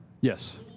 Yes